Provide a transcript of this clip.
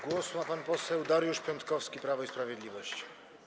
Głos ma pan poseł Dariusz Piontkowski, Prawo i Sprawiedliwość.